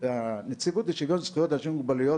הנציבות לשיוויון זכויות לאנשים עם מוגבלויות